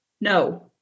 No